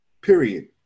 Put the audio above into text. period